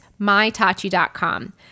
mytachi.com